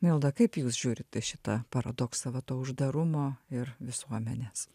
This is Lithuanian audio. milda kaip jūs žiūrit į šitą paradoksą va to uždarumo ir visuomenės